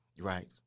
Right